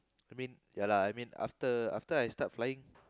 I mean ya lah I mean after after I start flying